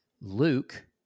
Luke